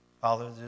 Father